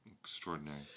Extraordinary